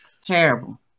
Terrible